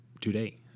today